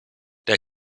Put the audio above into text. der